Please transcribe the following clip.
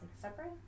separate